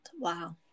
wow